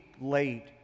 late